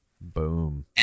Boom